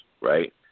right